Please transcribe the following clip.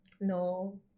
No